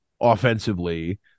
offensively